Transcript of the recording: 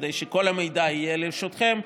כדי שכל המידע יהיה לרשותכם,